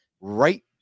right